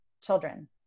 children